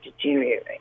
deteriorate